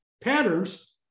patterns